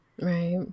Right